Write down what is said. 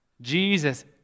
Jesus